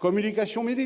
communication de